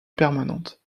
permanente